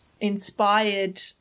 inspired